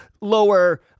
lower